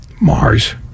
Mars